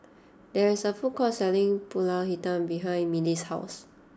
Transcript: there is a food court selling Pulut Hitam behind Mylee's house